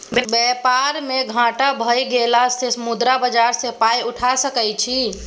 बेपार मे घाटा भए गेलासँ मुद्रा बाजार सँ पाय उठा सकय छी